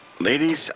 Ladies